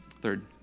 Third